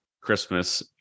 Christmas